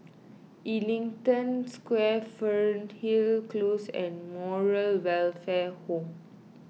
Ellington Square Fernhill Close and Moral Welfare Home